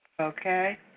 Okay